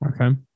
Okay